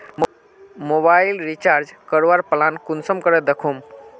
Mobile recharge करवार plan कुंसम करे दखुम?